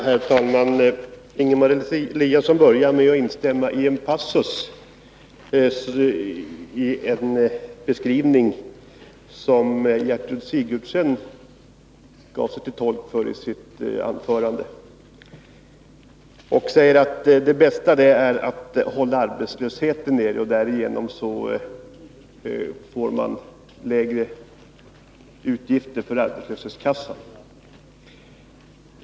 Herr talman! Ingemar Eliasson började med att instämma i vad Gertrud Sigurdsen sade om att det bästa är att hålla arbetslösheten nere och därigenom få lägre utgifter för arbetslöshetskassorna.